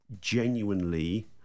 genuinely